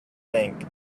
think